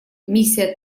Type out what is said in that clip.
миссия